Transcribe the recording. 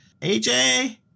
AJ